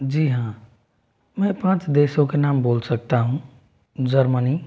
जी हाँ मैं पाँच देशों के नाम बोल सकता हूँ जर्मनी